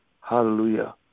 Hallelujah